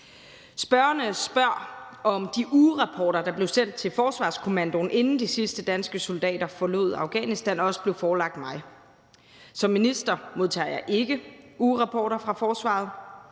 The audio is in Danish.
Spørgerne spørger, om de ugerapporter, der blev sendt til Forsvarskommandoen, inden de sidste danske soldater forlod Afghanistan, også blev forelagt mig. Som minister modtager jeg ikke ugerapporter fra forsvaret.